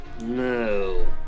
No